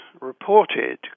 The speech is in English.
reported